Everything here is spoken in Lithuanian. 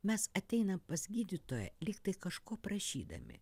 mes ateinam pas gydytoją lyg kažko prašydami